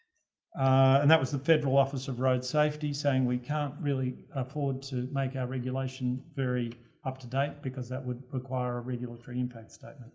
and that was the federal office of road safety saying we can't really afford to make our regulation up to date because that would require a regulatory impact study.